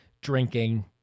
drinking